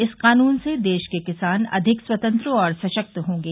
इस कानून से देश के किसान अधिक स्वतंत्र और सशक्त होंगे